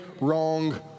wrong